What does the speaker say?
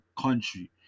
country